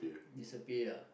disappear